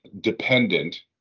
dependent